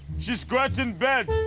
she's great in bed.